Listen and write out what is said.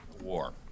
war